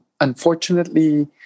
unfortunately